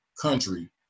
country